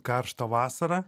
karštą vasarą